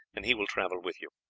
and he will travel with you.